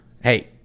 Hey